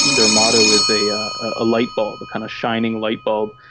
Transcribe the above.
um their motto is a ah ah light bulb, a kind of shining light bulb.